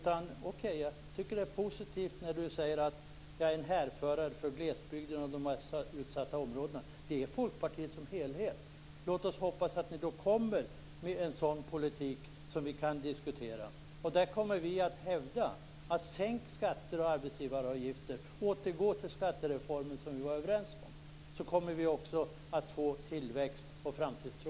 Jag tycker att det är positivt när Berit Andnor säger att jag är en härförare för glesbygden och de utsatta områdena. Det gäller Folkpartiet som helhet. Låt oss hoppas att ni kommer med en politik som vi kan diskutera. Vi kommer att hävda att ni skall sänka skatter och arbetsgivaravgifter och återgå till skattereformen, som vi var överens om. Då kommer vi också att få tillväxt och framtidstro.